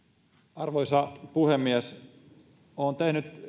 arvoisa puhemies olen tehnyt